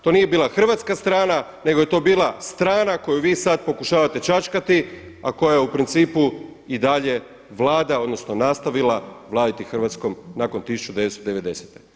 To nije bila hrvatska strana, nego je to bila strana koju vi sad pokušavate čačkati, a koja je u principu i dalje vlada, odnosno nastavila vladati Hrvatskom nakon 1990.